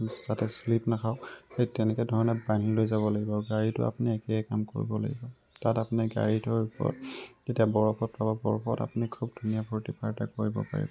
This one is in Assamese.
যাতে স্লীপ নাখাওক সেই তেনেকৈ ধৰণে বান্ধি লৈ যাব লাগিব গাড়ীতো আপুনি একেই কাম কৰিব লাগিব তাত আপুনি গাড়ী থৈ ওপৰত তেতিয়া বৰফত পাব বৰফত আপুনি খুব ধুনীয়া ফূৰ্তি ফাৰ্তা কৰিব পাৰিব